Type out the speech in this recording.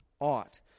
ought